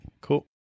Cool